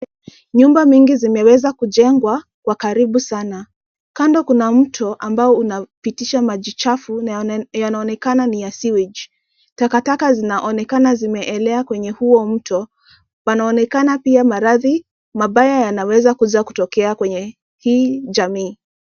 Nyumba mingi zimeweza kujengwa kwa karibu sana. Kando kuna mto ambao unapitisha maji chafu na yanaonekana ni ya sewage . Takataka zinaonekana zimeelea kwneye huo mto . Panaonekana pia maradhi mabaya yanaweza kuja kutokea kwenye hii jamii.